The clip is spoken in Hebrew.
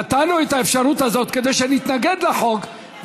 נתנו את האפשרות הזאת כדי שנתנגד לחוק,